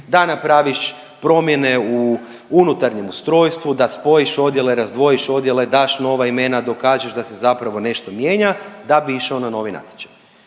da napraviš promjene u unutarnjem ustrojstvu, da spojiš odjele, razdvojiš odjele, daš nova imena, dokažeš da se zapravo nešto mijenja da bi išao na novi natječaj